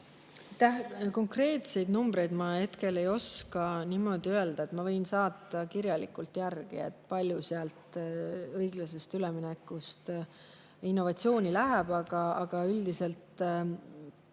Konkreetseid numbreid ma hetkel ei oska niimoodi öelda, ma võin saata kirjalikult järgi, et kui palju sealt õiglasest üleminekust innovatsiooni läheb, aga üldiselt